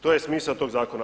To je smisao tog zakona.